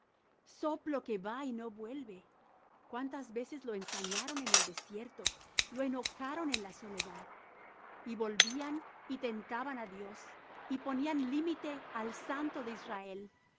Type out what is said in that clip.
soplo que va y no vuelve cuántas veces lo ensañaron en el desierto lo enojaron en la soledad y volvían y tentaban á dios y ponían límite al santo de israel